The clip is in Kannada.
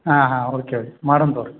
ಹಾಂ ಹಾಂ ಓಕೆ ಮಾಡೋನ್ ತೊಗೊರಿ